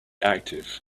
active